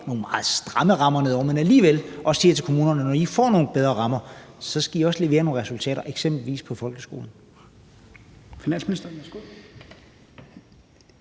nogle meget stramme rammer ned over alligevel siger til kommunerne: Når I får nogle bedre rammer, skal I også levere nogle resultater, eksempelvis på folkeskoleområdet.